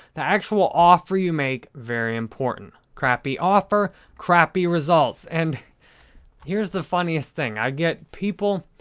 the actual offer you make, very important. crappy offer, crappy results. and here's the funniest thing. i get people,